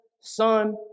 Son